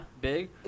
big